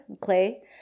clay